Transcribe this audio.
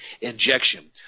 injection